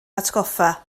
hatgoffa